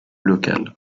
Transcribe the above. local